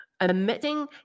emitting